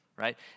Right